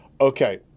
Okay